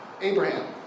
Abraham